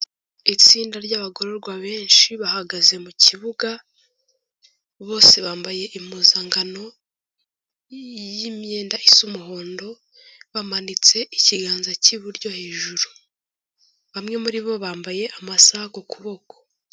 Itsinda ry'abagororwa benshi bahagaze mu kibuga bose bambaye impuzankano y'imyenda isa umuhondo bamanitse ikiganza cy'iburyo hejuru, bamwe muri bo bambaye amasaha ku kuboko.